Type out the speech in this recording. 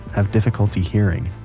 have difficulty hearing.